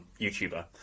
YouTuber